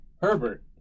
Herbert